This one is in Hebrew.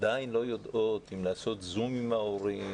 עדיין לא יודעות אם לעשות זום עם ההורים,